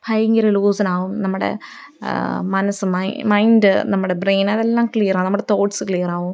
ഭയങ്കര ലൂസനാവും നമ്മുടെ മനസ് മൈൻഡ് നമ്മുടെ ബ്രെയിന് അതെല്ലാം ക്ലിയറാവും നമ്മുടെ തോട്ട്സ് ക്ലിയറാവും